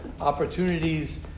opportunities